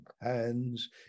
hands